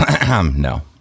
No